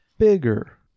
bigger